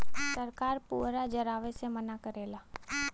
सरकार पुअरा जरावे से मना करेला